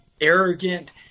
arrogant